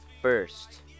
first